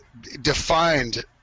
defined